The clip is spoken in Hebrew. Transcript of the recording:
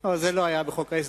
לא, זה לא היה בחוק ההסדרים.